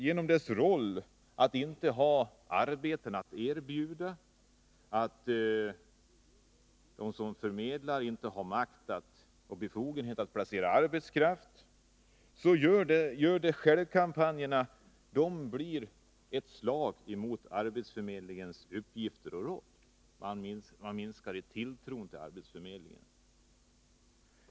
Genom deras roll, genom att de inte har arbeten att erbjuda och genom att de som förmedlar inte har makt och befogenhet att placera arbetskraft, blir gör-det-själv-kampanjerna ett slag mot arbetsförmedlingens uppgifter. Tilltron till arbetsförmedlingen minskar.